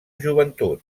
joventut